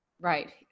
Right